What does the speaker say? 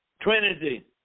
Trinity